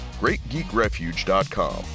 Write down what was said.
greatgeekrefuge.com